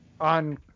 on